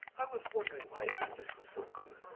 i was wondering why his english was so good.